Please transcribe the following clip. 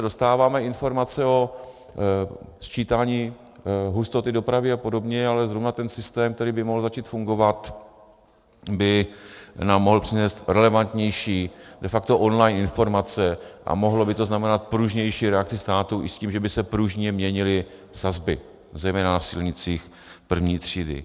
Dostáváme sice informace o sčítání hustoty dopravy a podobně, ale zrovna ten systém, který by mohl začít fungovat, by nám mohl přinést relevantnější, de facto online informace a mohlo by to znamenat pružnější reakci státu i s tím, že by se pružně měnily sazby zejména na silnicích první třídy.